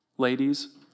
Ladies